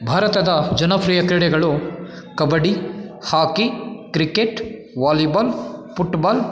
ಭಾರತದ ಜನಪ್ರಿಯ ಕ್ರೀಡೆಗಳು kabaddi hockey cricket volleyball football